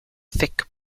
thick